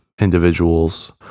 individuals